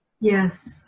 Yes